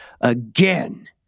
again